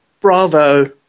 bravo